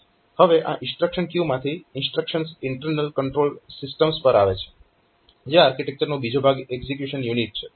હવે આ instruction queue માંથી ઇન્સ્ટ્રક્શન્સ ઇન્ટરનલ કંટ્રોલ સિસ્ટમ્સ પર આવે છે જે આ આર્કિટેક્ચરનો બીજો ભાગ એક્ઝીક્યુશન યુનિટ છે